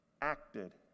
acted